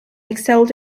excelled